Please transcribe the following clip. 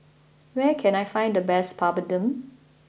where can I find the best Papadum